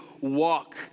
walk